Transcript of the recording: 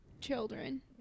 children